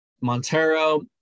Montero